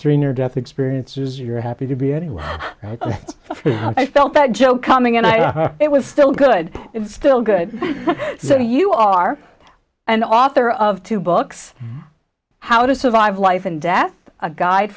three near death experiences you're happy to be and i felt that joe coming into it was still good and still good so you are an author of two books how to survive life and death a guide